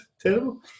terrible